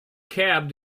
cab